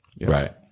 Right